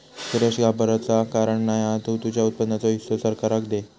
सुरेश घाबराचा कारण नाय हा तु तुझ्या उत्पन्नाचो हिस्सो सरकाराक दे